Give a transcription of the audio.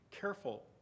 careful